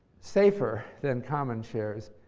safer than common shares,